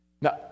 Now